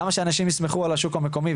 אז למה שאנשים יסמכו על השוק המקומי,